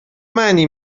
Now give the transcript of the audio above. معنی